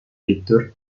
tidur